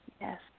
Yes